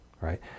right